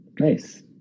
nice